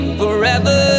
forever